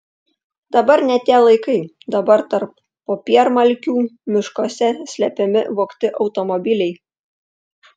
dabar ne tie laikai dabar tarp popiermalkių miškuose slepiami vogti automobiliai